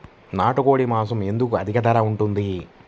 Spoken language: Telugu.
నాకు కోడి మాసం ఎందుకు అధిక ధర ఉంటుంది?